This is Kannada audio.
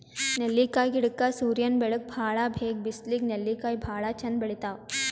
ನೆಲ್ಲಿಕಾಯಿ ಗಿಡಕ್ಕ್ ಸೂರ್ಯನ್ ಬೆಳಕ್ ಭಾಳ್ ಬೇಕ್ ಬಿಸ್ಲಿಗ್ ನೆಲ್ಲಿಕಾಯಿ ಭಾಳ್ ಚಂದ್ ಬೆಳಿತಾವ್